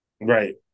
right